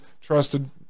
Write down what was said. trusted